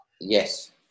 Yes